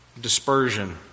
dispersion